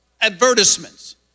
advertisements